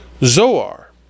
Zoar